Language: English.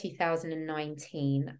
2019